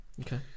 Okay